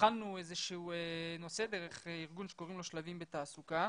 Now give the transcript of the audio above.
התחלנו איזה שהוא נושא דרך ארגון שקוראים לו 'שלבים בתעסוקה'